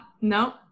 no